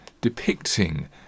depicting